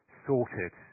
sorted